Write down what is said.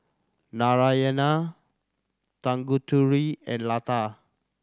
Narayana Tanguturi and Lata